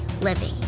living